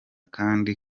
kandi